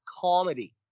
comedy